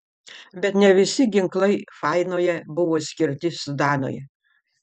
bet ne visi ginklai fainoje buvo skirti sudanui